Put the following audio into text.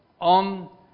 on